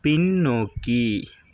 பின்னோக்கி